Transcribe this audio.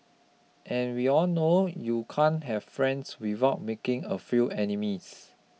and we all know you can't have friends without making a few enemies